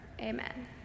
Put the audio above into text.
Amen